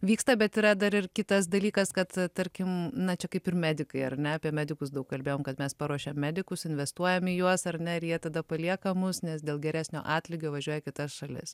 vyksta bet yra dar ir kitas dalykas kad tarkim na čia kaip ir medikai ar ne apie medikus daug kalbėjom kad mes paruošiam medikus investuojam į juos ar ne ir jie tada palieka mus nes dėl geresnio atlygio važiuoja į kitas šalis